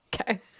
Okay